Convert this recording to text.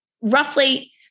roughly